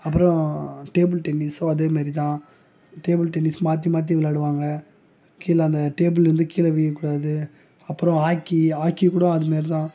அப்புறம் டேபிள் டென்னிஸும் அதே மாரி தான் டேபிள் டென்னிஸ் மாற்றி மாற்றி விளையாடுவாங்க கீழே அந்த டேபிள்லேருந்து கீழே விழக்கூடாது அப்புறம் ஹாக்கி ஹாக்கி கூட அது மாரி தான்